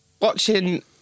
Watching